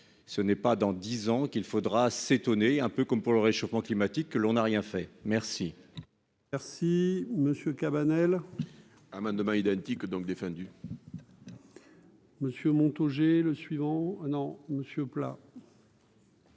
ce n'est pas dans 10 ans qu'il faudra s'étonner un peu comme pour le réchauffement climatique, que l'on a rien fait, merci. Merci monsieur Cabanel. Amendements identiques donc défendu. Monsieur Montaugé le suivant un an monsieur plat.